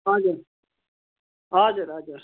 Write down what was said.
हजुर हजुर हजुर